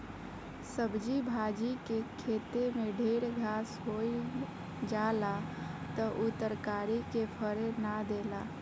सब्जी भाजी के खेते में ढेर घास होई जाला त उ तरकारी के फरे ना देला